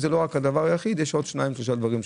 זה לא רק הדבר היחיד אלא יש עוד שניים-שלושה דברים.